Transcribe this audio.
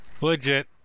legit